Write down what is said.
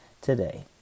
today